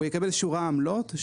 הוא יקבל שורה עמלות,